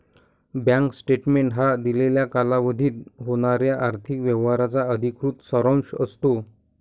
bank statement हा दिलेल्या कालावधीत होणाऱ्या आर्थिक व्यवहारांचा अधिकृत सारांश असतो